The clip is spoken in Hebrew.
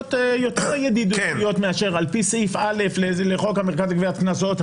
שיטות יותר ידידותיות מאשר: על פי סעיף א' לחוק המרכז לגביית קנסות,